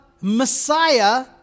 Messiah